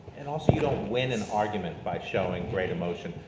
and also, you don't win an argument by showing great emotion.